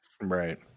right